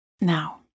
Now